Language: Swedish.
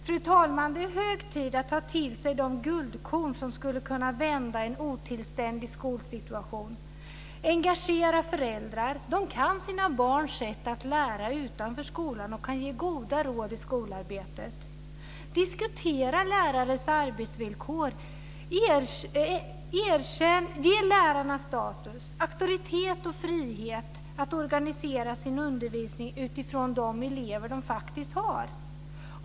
Fru talman! Det är hög tid att ta till sig de guldkorn som skulle kunna vända en otillständig skolsituation: - Engagera föräldrar. De kan sina barns sätt att lära utanför skolan och kan ge goda råd i skolarbetet. - Diskutera lärares arbetsvillkor. - Ge lärarna status, auktoritet och frihet att organisera sin undervisning utifrån de elever de faktiskt har.